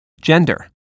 gender